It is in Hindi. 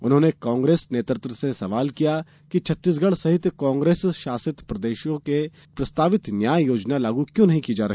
उन्होंने कांग्रेस नेतृत्व से सवाल किया कि छत्तीसगढ़ सहित कांग्रेस शासित राज्यों में प्रस्तावित न्यांय योजना लागू क्यों नहीं की जा रह